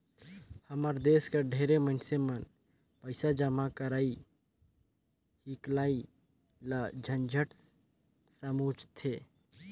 हमर देस कर ढेरे मइनसे मन पइसा जमा करई हिंकलई ल झंझट समुझथें